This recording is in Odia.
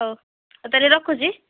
ହଉ ତା'ହେଲେ ରଖୁଛି